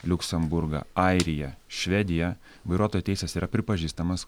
liuksemburgą airiją švediją vairuotojo teisės yra pripažįstamas